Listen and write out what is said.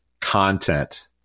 content